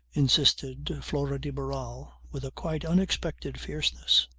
insisted flora de barral with a quite unexpected fierceness.